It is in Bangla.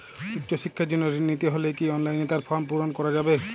উচ্চশিক্ষার জন্য ঋণ নিতে হলে কি অনলাইনে তার ফর্ম পূরণ করা যাবে?